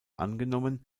angenommen